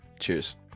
Cheers